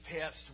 past